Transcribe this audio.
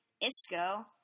Isco